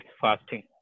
fasting